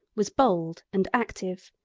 was bold and active.